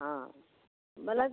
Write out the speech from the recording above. ହଁ ବେଲେ